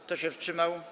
Kto się wstrzymał?